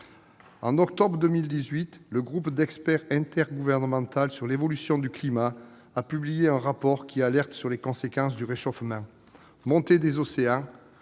En octobre 2018, le groupe d'experts intergouvernemental sur l'évolution du climat a publié un rapport qui alerte sur les conséquences du réchauffement : montée des océans,